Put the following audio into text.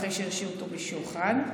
אחרי שהרשיעו אותו בשוחד,